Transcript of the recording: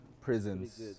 prisons